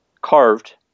carved